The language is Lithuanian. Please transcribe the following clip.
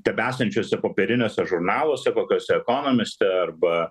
tebesančiuose popieriniuose žurnaluose kokiuose economist arba